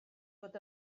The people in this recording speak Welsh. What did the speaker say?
fod